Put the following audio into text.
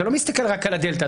אתה לא מסתכל רק על הדלתא.